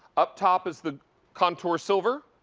up top is the contour silver.